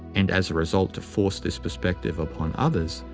and as a result to force this perspective upon others,